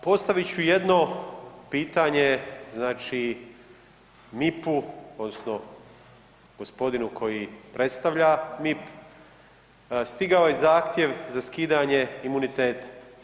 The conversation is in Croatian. Postavit ću jedno pitanje, znači, MIP-u odnosno gospodinu koji predstavlja MIP, stigao je zahtjev za skidanje imuniteta.